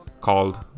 called